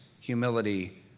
humility